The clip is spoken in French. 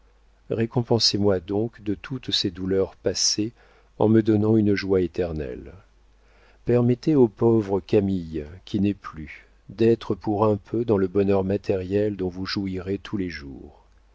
récompensez moi donc de toutes ces douleurs passées en me donnant une joie éternelle permettez au pauvre camille qui n'est plus d'être pour un peu dans le bonheur matériel dont vous jouirez tous les jours